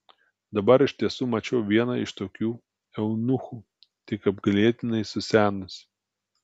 dabar iš tiesų mačiau vieną iš tokių eunuchų tik apgailėtinai susenusį